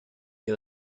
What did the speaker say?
que